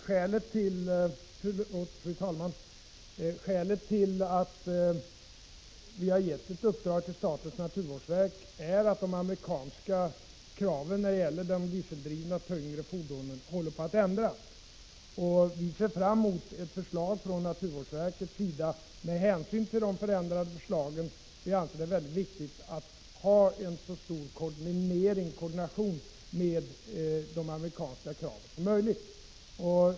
Fru talman! Skälet till att vi har gett ett uppdrag till statens naturvårdsverk är att de amerikanska kraven när det gäller de dieseldrivna tyngre fordonen håller på att ändras. Vi ser fram mot ett förslag från naturvårdsverket som tar hänsyn till de ändrade kraven. Vi anser det väldigt viktigt att ha en så god koordination med de amerikanska kraven som möjligt.